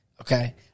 Okay